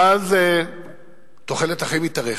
ואז תוחלת החיים מתארכת,